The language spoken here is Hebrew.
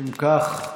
אם כך,